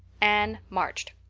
anne marched.